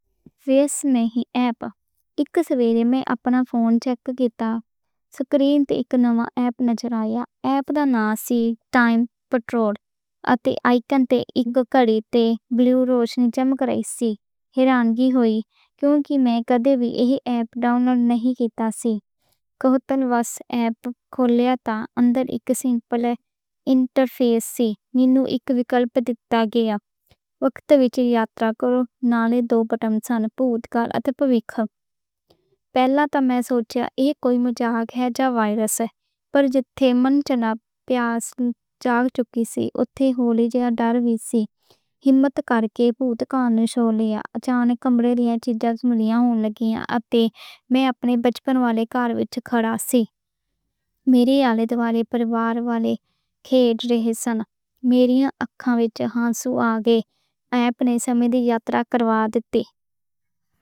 اک سویرے میں اپنے فون چیک کیتا۔ سکرین تے اک نویں ایپ نظر آئی، ایپ آ گئی تے کسے پتا نہیں، بلو روشنی چمک رہی سی، حیرانگی ہوئی۔ کیونکہ میں کدے وی ایہ ایپ ڈاؤنلوڈ نہیں کیتی سی، ایپ کھولی اندر اک سمپل انٹرفیس سی۔ انٹرفیس تے مینوں اک وِکلپ دِکھدا سی: وقت وچ یاترا کرو۔ نالے دو بٹن سن: بھوت کال اتے بھوشیہ کال۔ پہلا تے میں سوچیا، اے شاید وائرس ہے۔ پر جدو من چ تجسس جاگ چکیا سی، اوتھے ہور ڈر وی سی۔ ہمت کرکے بھوت کال نوں چُن لیا۔ اچانک کمرے دیاں چیزاں بدل گئیاں، ایہ میں اپنے بچپن والے گھر وچ کھڑا ساں۔ میرے اردگرد پریوار والے کھیل رہے سن۔ میری آنکھاں وچ جیہا سو اگیا، ایہ منہوں یاترا کروا کے دکھ دے۔